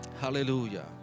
hallelujah